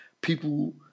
People